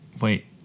wait